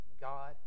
God